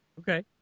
Okay